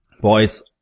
boys